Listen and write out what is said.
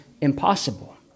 impossible